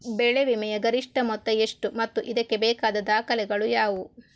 ಬೆಳೆ ವಿಮೆಯ ಗರಿಷ್ಠ ಮೊತ್ತ ಎಷ್ಟು ಮತ್ತು ಇದಕ್ಕೆ ಬೇಕಾದ ದಾಖಲೆಗಳು ಯಾವುವು?